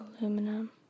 aluminum